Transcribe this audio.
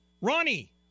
Ronnie